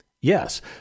Yes